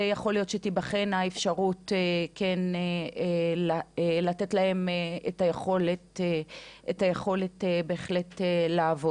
ויכול להיות שתיבחן האפשרות לתת להם את היכולת לעבוד.